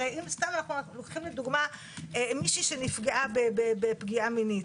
הרי אם סתם ניקח לדוגמה מישהי שנפגעה בפגיעה מינית,